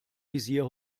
visier